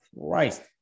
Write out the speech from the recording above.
Christ